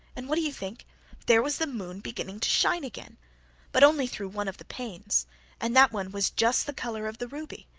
and what do you think there was the moon beginning to shine again but only through one of the panes and that one was just the colour of the ruby.